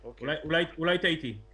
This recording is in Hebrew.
שאמרתי, אולי טעיתי.